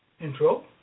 intro